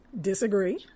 disagree